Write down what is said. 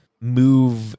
move